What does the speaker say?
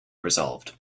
resolved